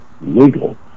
legal